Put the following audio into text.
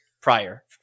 prior